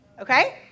Okay